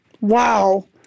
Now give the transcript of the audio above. Wow